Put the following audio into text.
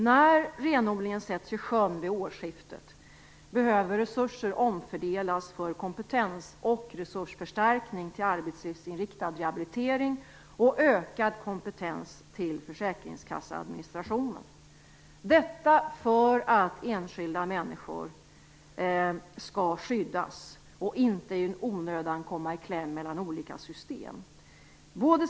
När renodlingen sätts i sjön vid årsskiftet behöver resurser omfördelas för kompetens och resursförstärkning till arbetslivsinriktad rehabilitering och ökad kompetens till försäkringskasseadministrationen, detta för att skydda enskilda personer, så att de inte i onödan kommer i kläm mellan olika system.